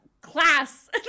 class